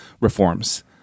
reforms